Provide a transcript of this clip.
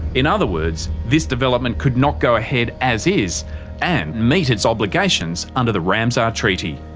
in other words, this development could not go ahead as is and meet its obligations under the ramsar treaty.